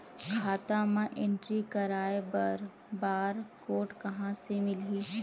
खाता म एंट्री कराय बर बार कोड कहां ले मिलही?